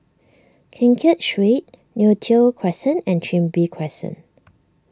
Keng Kiat Street Neo Tiew Crescent and Chin Bee Crescent